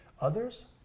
others